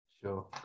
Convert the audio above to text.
Sure